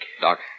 Doc